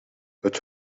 het